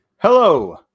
Hello